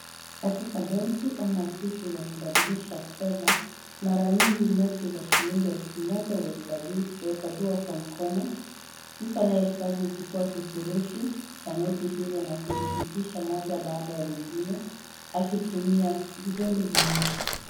Katika benki ama ofisi ya kubadilisha fedha mara nyingi noti ya shilingi elfu moja huhesabiwa kwa mkono, mtu anayehesabu huchukua kifurushi cha noti hizo na kupitisha moja baada ya nyingine akitumia vidole viwili.